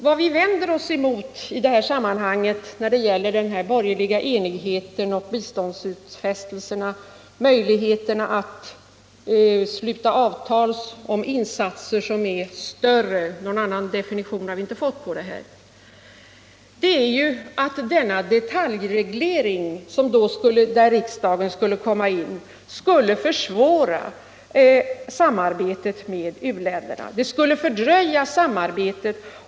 Vad vi vänder oss mot när det gäller den borgerliga enigheten i fråga om biståndsutfästelserna, möjligheten att sluta avtal om insatser som är större — någon annan definition har vi inte fått — är att den detaljreglering som riksdagen skulle göra skulle försvåra och fördröja samarbetet med u-länderna.